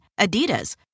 Adidas